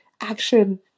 action